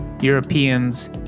Europeans